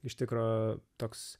iš tikro toks